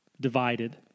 divided